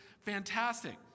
fantastic